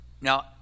Now